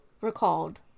recalled